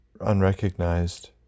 unrecognized